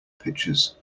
pictures